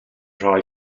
rai